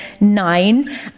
nine